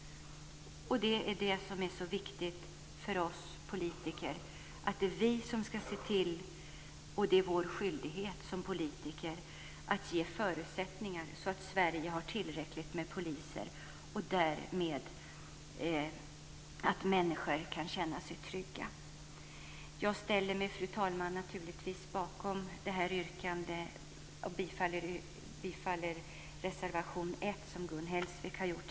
Det är det som är så viktigt för oss politiker: Det är vår skyldighet att ge förutsättningar så att Sverige har tillräckligt med poliser och att människor därmed kan känna sig trygga. Fru talman! Jag ställer mig bakom det bifallsyrkande till reservation 1 som Gun Hellsvik tidigare har gjort.